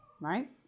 right